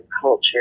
culture